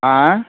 आँय